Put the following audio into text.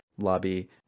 Lobby